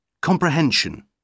Comprehension